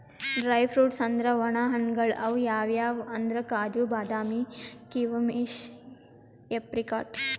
dry fruits ಅಂದ್ರ ವಣ ಹಣ್ಣ್ಗಳ್ ಅವ್ ಯಾವ್ಯಾವ್ ಅಂದ್ರ್ ಕಾಜು, ಬಾದಾಮಿ, ಕೀಶಮಿಶ್, ಏಪ್ರಿಕಾಟ್